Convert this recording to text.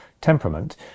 temperament